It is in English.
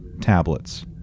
Tablets